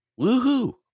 woohoo